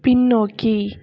பின்னோக்கி